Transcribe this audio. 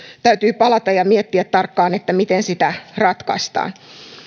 täytyy palata ja miettiä tarkkaan miten sitä ratkaistaan